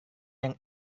yang